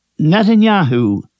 Netanyahu